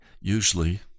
Usually